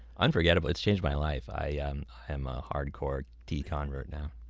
unforgettable. it's changed my life. i'm i'm a hardcore tea convert now